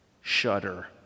shudder